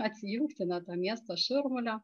atsijungti nuo to miesto šurmulio